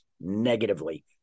negatively